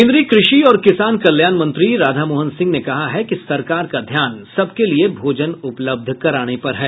केन्द्रीय कृषि और किसान कल्याण मंत्री राधा मोहन सिंह ने कहा है कि सरकार का ध्यान सबके लिए भोजन उपलब्ध कराने पर है